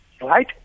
right